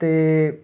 ਅਤੇ